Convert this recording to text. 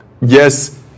yes